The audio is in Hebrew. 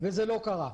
וזה לא קרה.